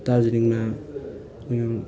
दार्जिलिङमा उयो